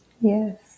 Yes